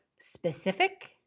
specific